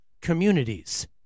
communities